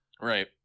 Right